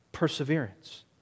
Perseverance